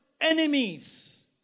enemies